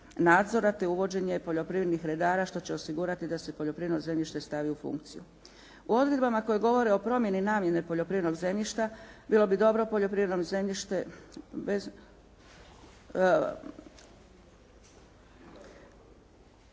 nadzora te uvođenje poljoprivrednih redara što će osigurati da se poljoprivredno zemljište stavi u funkciju. U odredbama koje govore o promjeni namjene poljoprivrednog zemljišta bilo bi dobro poljoprivredno zemljište,